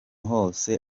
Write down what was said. hose